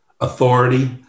authority